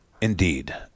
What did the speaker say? Indeed